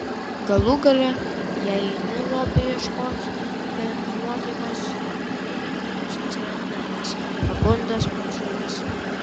galų gale jei eini lobio ieškoti be nuotaikos ji netrukus atsiranda nes pabunda smalsumas